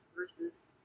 versus